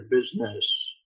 business